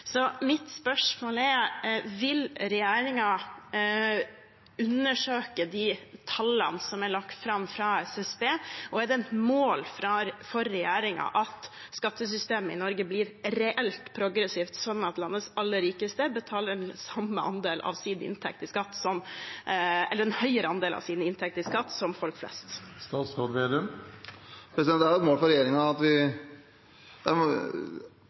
Så mitt spørsmål er: Vil regjeringen undersøke de tallene som er lagt fram fra SSB? Og er det et mål for regjeringen at skattesystemet i Norge blir reelt progressivt, slik at landets aller rikeste betaler den samme andel av sin inntekt i skatt som folk flest – eller en høyere andel? Det er et mål for regjeringen at vi, punkt 1, må sørge for at det er skattedreiende. Vi må alltid klare å se om det